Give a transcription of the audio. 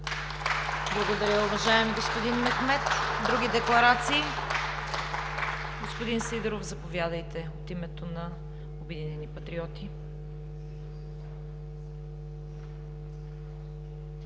Благодаря, уважаеми господин Мехмед. Други декларации? Господин Сидеров, заповядайте, от името на „Обединени патриоти“.